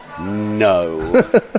no